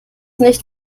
nicht